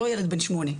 לא ילד בן שמונה.